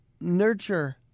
nurture